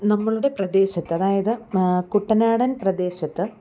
നമ്മളുടെ പ്രദേശത്ത് അതായത് കുട്ടനാടൻ പ്രദേശത്ത്